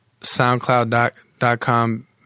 SoundCloud.com